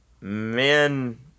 Men